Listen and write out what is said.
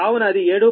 1116 కావున అది 7